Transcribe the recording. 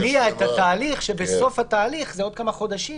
-- את התהליך, שבסוף התהליך בעוד כמה חודשים